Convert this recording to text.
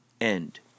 End